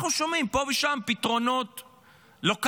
אנחנו שומעים פה ושם על פתרונות לוקליים,